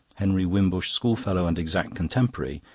henry wimbush's school-fellow and exact contemporary,